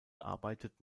arbeitet